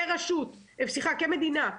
כמדינה,